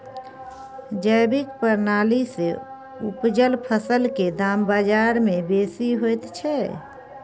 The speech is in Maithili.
जैविक प्रणाली से उपजल फसल के दाम बाजार में बेसी होयत छै?